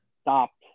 stopped